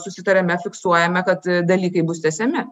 susitarime fiksuojame kad dalykai bus tęsiami